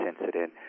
incident